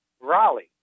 Raleigh